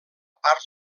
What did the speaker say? part